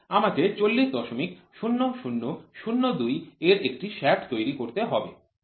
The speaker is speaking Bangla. আমাকে ৪০০০০২ এর একটি শ্যাফ্ট তৈরি করতে হবে